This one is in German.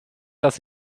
dass